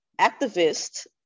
activist